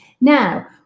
Now